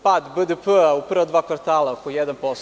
Pad BDP u prva dva kvartala je oko 1%